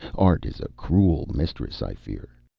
art is a cruel mistress, i fear.